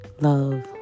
love